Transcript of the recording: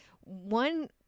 One